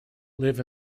live